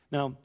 Now